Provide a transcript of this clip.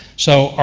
so, ah